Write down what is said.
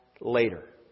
later